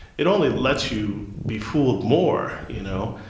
it only lets you be fooled more. you know?